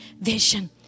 vision